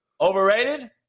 overrated